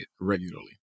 regularly